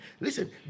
Listen